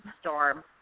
storm